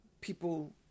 people